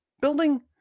building